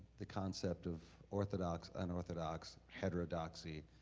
the concept of orthodox, unorthodox, heterodoxy,